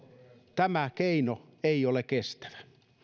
tämä keino ei ole kestävä